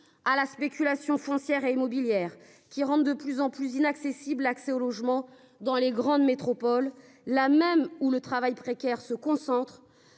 à la spéculation foncière et immobilière qui rendent de plus en plus inaccessible. L'accès au logement dans les grandes métropoles, là même où le travail précaire se concentre.